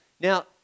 Now